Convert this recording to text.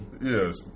Yes